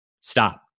stop